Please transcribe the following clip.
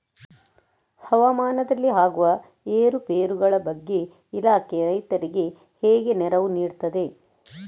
ಹವಾಮಾನದಲ್ಲಿ ಆಗುವ ಏರುಪೇರುಗಳ ಬಗ್ಗೆ ಇಲಾಖೆ ರೈತರಿಗೆ ಹೇಗೆ ನೆರವು ನೀಡ್ತದೆ?